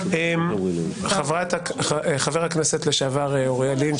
חבר הכנסת לשעבר אוריאל לין,